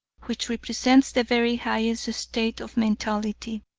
which represents the very highest state of mentality.